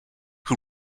who